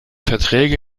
verträge